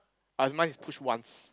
orh it's mine is push once